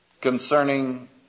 concerning